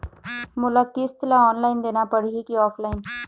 मोला किस्त ला ऑनलाइन देना पड़ही की ऑफलाइन?